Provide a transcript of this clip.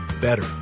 better